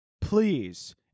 please